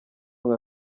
nka